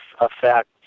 effect